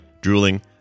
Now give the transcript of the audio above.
drooling